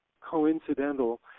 coincidental